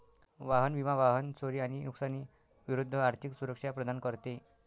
वाहन विमा वाहन चोरी आणि नुकसानी विरूद्ध आर्थिक सुरक्षा प्रदान करते